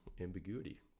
ambiguity